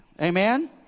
Amen